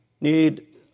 need